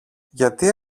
γιατί